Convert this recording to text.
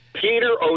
Peter